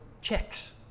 checks